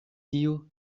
tio